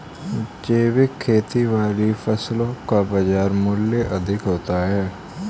जैविक खेती वाली फसलों का बाजार मूल्य अधिक होता है